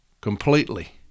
completely